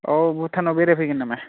औ भुटानाव बेरायफैगोन नामा